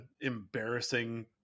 embarrassing